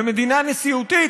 מדינה נשיאותית,